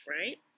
right